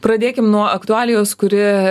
pradėkim nuo aktualijos kuri